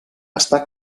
està